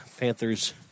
Panthers